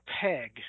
peg